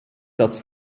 das